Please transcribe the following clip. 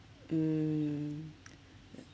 mm